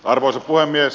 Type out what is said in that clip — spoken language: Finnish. arvoisa puhemies